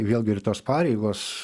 vėlgi ir tos pareigos